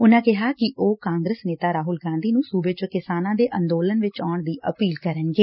ਉਨੂਾਂ ਕਿਹਾ ਕਿ ਉਹ ਕਾਂਗਰਸ ਨੇਤਾ ਰਾਹੁਲ ਗਾਂਧੀ ਨੁੰ ਸੁਬੇ ਚ ਕਿਸਾਨਾਂ ਦੇ ਅੰਦੋਲਨ ਚ ਆਉਣ ਦੀ ਅਪੀਲ ਕਰਨਗੇ